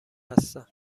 هستم